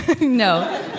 No